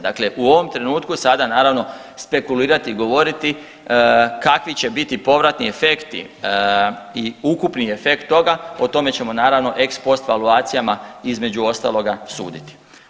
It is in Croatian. Dakle, u ovom trenutku sada naravno spekulirati i govoriti kakvi će biti povratni efekti i ukupni efekt toga o tome ćemo naravno ex post evaluacijama između ostaloga suditi.